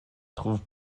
trouve